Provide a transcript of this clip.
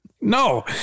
No